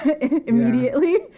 immediately